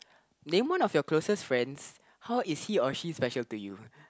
name one of your closest friends how is he or she special to you